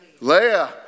Leah